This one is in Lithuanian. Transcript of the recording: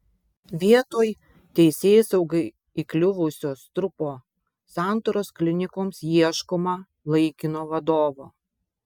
vietoj teisėsaugai įkliuvusio strupo santaros klinikoms ieškoma laikino vadovo